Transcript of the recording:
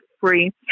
free